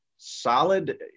solid